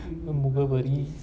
முகவரி:mugavari